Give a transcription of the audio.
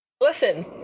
Listen